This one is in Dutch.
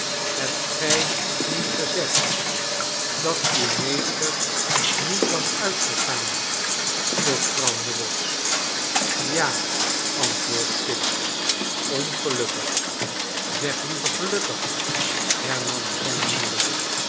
hebt gij niet gezegd dat uw meester niet was uitgegaan vroeg vrouw nubbles ja antwoordde kit ongelukkig zeg liever gelukkig hernam zijne moeder